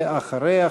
ואחריה,